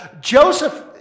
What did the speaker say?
Joseph